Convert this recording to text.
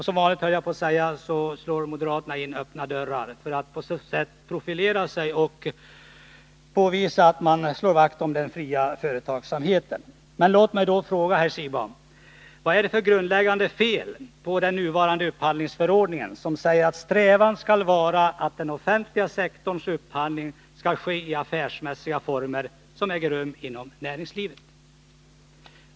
Som vanligt slår moderaterna in öppna dörrar, för att på så sätt profilera sig och påvisa att de slår vakt om den fria företagsamheten. Men låt mig då fråga, herr Siegbahn: Vad är det för grundläggande fel på den nuvarande upphandlingsförordningen, som säger att strävan skall vara att den offentliga sektorns upphandling skall ske i affärsmässiga former såsom inom näringslivet?